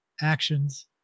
Actions